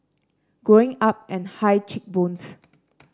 Growing Up and high cheek bones